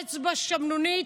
אצבע שמנונית,